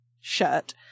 shirt